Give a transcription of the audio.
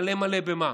מלא מלא, במה?